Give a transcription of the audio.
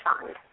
fund